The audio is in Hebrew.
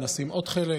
מנסים עוד חלק.